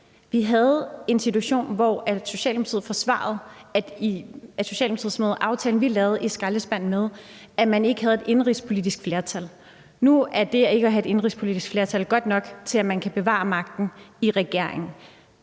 forsvarede, at Socialdemokratiet smed den aftale, vi lavede, i skraldespanden, med, at man ikke havde et indenrigspolitisk flertal. Nu er det ikke at have et indenrigspolitisk flertal godt nok til, at man kan bevare magten i regeringen.